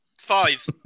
five